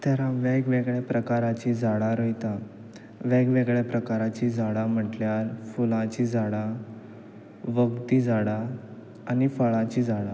तर हांव वेग वेगळ्या प्रकाराचीं झाडां रोयता वेग वेगळ्या प्रकाराचीं झाडां म्हटल्यार फुलांचीं झाडां वखदी झाडां आनी फळांचीं झाडां